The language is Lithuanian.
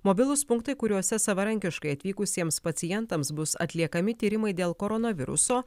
mobilūs punktai kuriuose savarankiškai atvykusiems pacientams bus atliekami tyrimai dėl koronaviruso